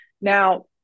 Now